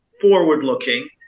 forward-looking